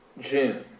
June